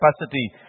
capacity